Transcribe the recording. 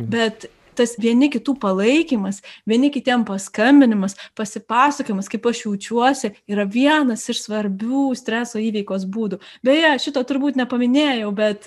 bet tas vieni kitų palaikymas vieni kitiem paskambinimas pasipasakojimas kaip aš jaučiuosi yra vienas iš svarbių streso įveikos būdų beje šito turbūt nepaminėjau bet